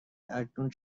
اکنون